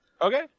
Okay